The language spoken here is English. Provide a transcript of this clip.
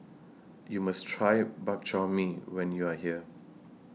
YOU must Try Bak Chor Mee when YOU Are here